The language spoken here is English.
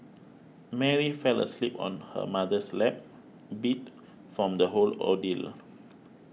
Mary fell asleep on her mother's lap beat from the whole ordeal